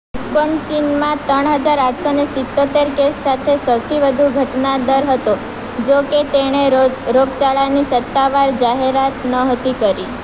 વિસ્કોન્સિનમાં ત્રણ હજાર આઠસોને સિત્યોતેર કેસ સાથે સૌથી વધુ ઘટના દર હતો જો કે તેણે રોગ રોગચાળાની સત્તાવાર જાહેરાત નહોતી કરી